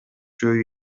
жөө